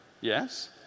Yes